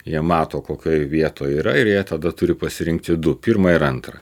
jie mato kokioje vietoje yra ir jie tada turi pasirinkti du pirmą ir antrą